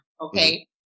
okay